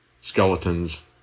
skeletons